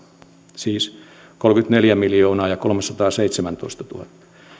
siis kolmekymmentäneljä miljoonaa ja kolmesataaseitsemäntoistatuhatta